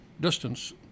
distance